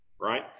right